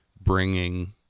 bringing